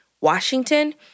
Washington